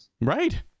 Right